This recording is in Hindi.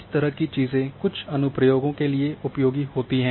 इस तरह की चीजें कुछ अनुप्रयोगों के लिए उपयोगी होती हैं